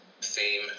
theme